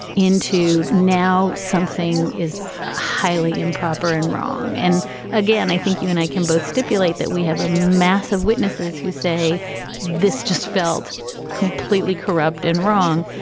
into now something is highly improper and wrong. and again, i think you and i can both stipulate that we have a mass of witnesses who say this just felt completely corrupt and wrong.